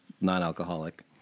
non-alcoholic